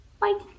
Bye